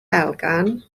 elgan